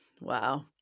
Wow